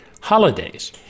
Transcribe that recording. Holidays